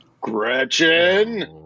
Gretchen